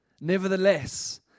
nevertheless